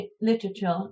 literature